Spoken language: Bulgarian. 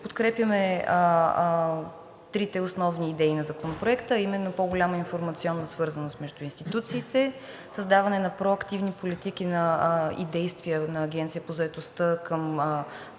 Подкрепяме трите основни идеи на Законопроекта, а именно по-голяма информационна свързаност между институциите; създаване на проактивни политики и действия на Агенцията по заетостта към